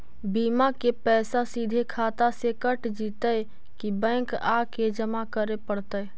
बिमा के पैसा सिधे खाता से कट जितै कि बैंक आके जमा करे पड़तै?